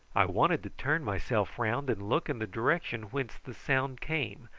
i wanted to turn myself round and look in the direction whence the sound came,